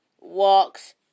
walks